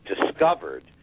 discovered